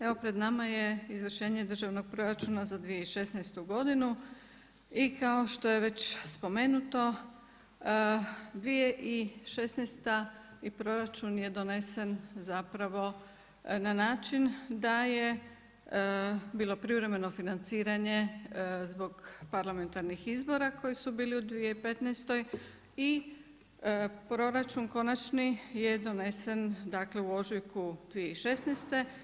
Evo pred nama je Izvršenje Državnog proračuna za 2016. godinu i kao što je već spomenuto 2016. i proračun je donesen zapravo na način da je bilo privremeno financiranje zbog parlamentarnih izbora koji su bili u 2015. i proračun konačni je donesen, dakle u ožujku 2016.